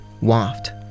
waft